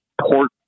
port